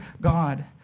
God